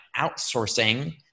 outsourcing